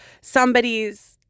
somebody's